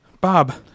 Bob